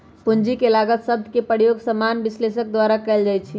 पूंजी के लागत शब्द के प्रयोग सामान्य विश्लेषक द्वारा कएल जाइ छइ